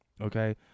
Okay